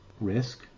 risk